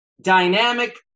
dynamic